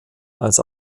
als